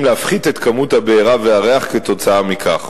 להפחית את כמות הבעירה והריח כתוצאה מכך.